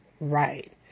right